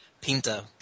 Pinta